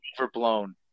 overblown